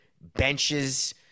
benches